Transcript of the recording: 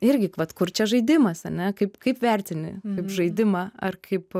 irgi vat kur čia žaidimas ane kaip kaip vertini žaidimą ar kaip